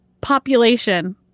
population